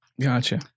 Gotcha